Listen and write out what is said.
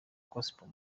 gospel